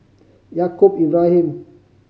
Yaacob Ibrahim